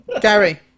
Gary